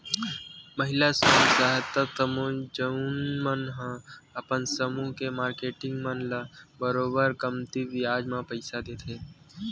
महिला स्व सहायता समूह जउन मन ह अपन समूह के मारकेटिंग मन ल बरोबर कमती बियाज म पइसा देथे